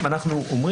הוא לא יושב